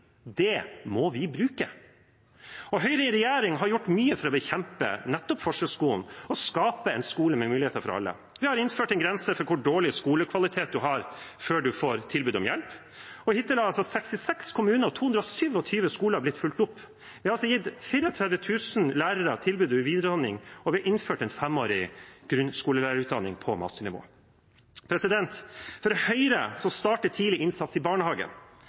Det må vi bruke. Og Høyre i regjering har gjort mye for å bekjempe nettopp forskjellsskolen for å skape en skole med muligheter for alle. Vi har innført en grense for hvor dårlig skolekvalitet man har før man får tilbud om hjelp, og hittil har 66 kommuner og 227 skoler blitt fulgt opp. Vi har altså gitt 34 000 lærere tilbud om videreutdanning, og vi har innført en femårig grunnskolelærerutdannning på masternivå. For Høyre starter tidlig innsats i barnehagen,